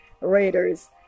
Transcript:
Raiders